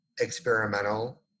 experimental